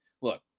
look